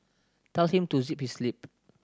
tell him to zip his lip